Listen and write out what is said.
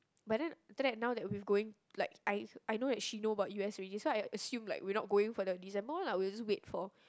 but then after that now that we've going like I I know that she know about U_S already so I assume like we're not going for the December lah we were just wait for